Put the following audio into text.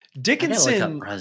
Dickinson